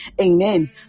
Amen